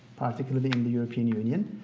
particularly in the european union,